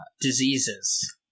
diseases